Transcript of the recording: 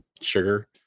Sugar